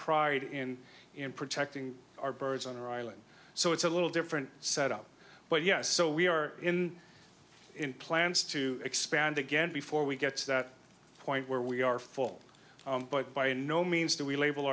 pride in in protecting our birds on our island so it's a little different set up but yes so we are in in plans to expand again before we get to that point where we are full but by no means do we label